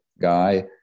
guy